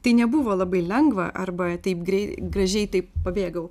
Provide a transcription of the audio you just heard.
tai nebuvo labai lengva arba taip greit gražiai taip pabėgau